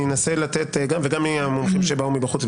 אני אנסה לתת גם למומחים שבאו מבחוץ,